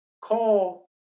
call